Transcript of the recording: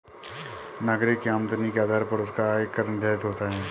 नागरिक की आमदनी के आधार पर उसका आय कर निर्धारित होता है